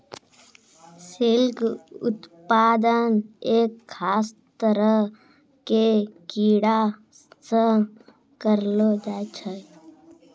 silk उत्पादन एक खास तरह के कीड़ा सॅ करलो जाय छै